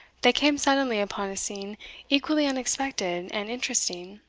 they came suddenly upon a scene equally unexpected and interesting.